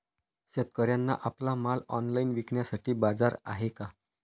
शेतकऱ्यांना आपला माल ऑनलाइन विकण्यासाठी बाजार आहे का?